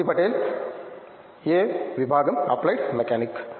భక్తి పటేల్ ఏ విభాగం అప్లైడ్ మెకానిక్